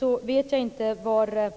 Jag vet inte var